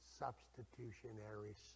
substitutionary